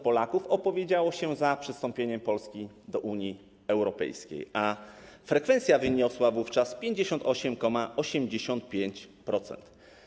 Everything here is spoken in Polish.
Polaków opowiedziało się za przystąpieniem Polski do Unii Europejskiej, a frekwencja wyniosła wówczas 58,85%.